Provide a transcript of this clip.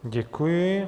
Děkuji.